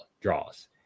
draws